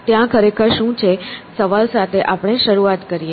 ત્યાં ખરેખર શું છે સવાલ સાથે આપણે શરૂઆત કરીએ